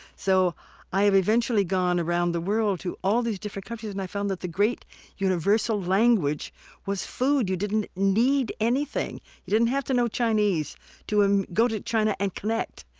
so i've eventually gone around the world to all these different countries, and i've found that the great universal language was food. you didn't need anything. you didn't have to know chinese to um go to china and connect.